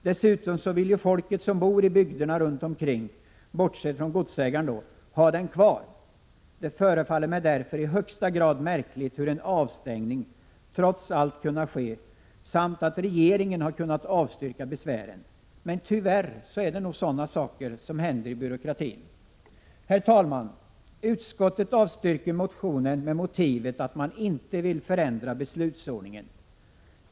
Dessutom vill ju folk som bor i bygderna runt omkring, bortsett från godsägaren, ha den kvar. Det förefaller mig därför i högsta grad märkligt hur en avstängning trots allt kunnat ske samt att 173 regeringen kunnat avstyrka besvären. Men tyvärr är det nog sådana saker som händer i byråkratin. Herr talman! Utskottet avstyrker motionen med motiveringen att man inte vill förändra beslutsordningen.